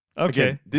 Okay